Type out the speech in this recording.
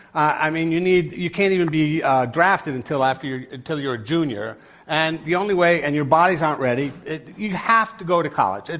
i mean, you need you can't even be drafted until after you're until you're a juniorand and the only way and your bodies aren't ready. you have to go to college.